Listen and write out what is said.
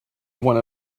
one